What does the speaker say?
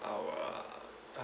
our